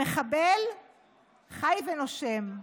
המחבל חי ונושם.